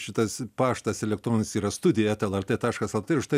šitas paštas elektroninis yra studija eta lrt taškas lt užtai